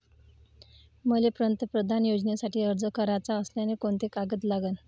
मले पंतप्रधान योजनेसाठी अर्ज कराचा असल्याने कोंते कागद लागन?